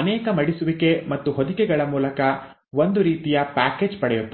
ಅನೇಕ ಮಡಿಸುವಿಕೆ ಮತ್ತು ಹೊದಿಕೆಗಳ ಮೂಲಕ ಒಂದು ರೀತಿಯ ಪ್ಯಾಕೇಜ್ ಪಡೆಯುತ್ತದೆ